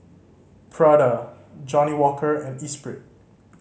Prada Johnnie Walker and Espirit